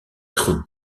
être